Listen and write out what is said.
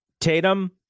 Tatum